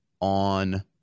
on